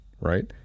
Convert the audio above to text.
right